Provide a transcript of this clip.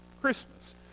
Christmas